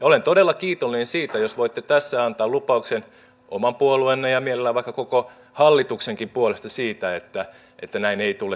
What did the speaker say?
olen todella kiitollinen siitä jos voitte tässä antaa lupauksen oman puolueenne ja mielellään vaikka koko hallituksenkin puolesta siitä että näin ei tule tapahtumaan